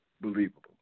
believable